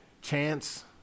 chance